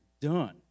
done